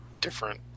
different